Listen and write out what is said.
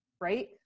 right